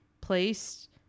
placed